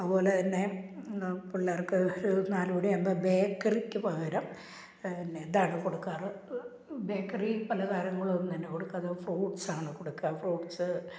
അവ പോലെതന്നെ പിള്ളേര്ക്ക് ഒരു നാല് മണിയാകുമ്പോൾ ബേക്കറിക്കു പകരം ന്നെ ഇതാണ് കൊടുക്കാറ് ബേക്കറി പലഹാരങ്ങളൊന്നും തന്നെ കൊടുക്കാതെ ഫ്രൂട്ട്സാണ് കൊടുക്കുക ഫ്രൂട്ട്സ്